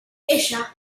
ella